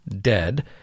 dead